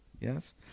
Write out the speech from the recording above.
Yes